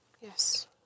Yes